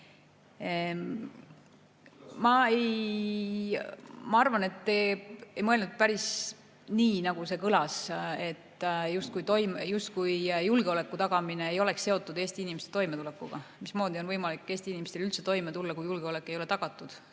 Ma arvan, et te ei mõelnud päris nii, nagu see kõlas, justkui julgeoleku tagamine ei oleks seotud Eesti inimeste toimetulekuga. Mismoodi on võimalik Eesti inimestel üldse toime tulla, kui julgeolek ei ole tagatud?